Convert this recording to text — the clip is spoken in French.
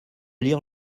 lire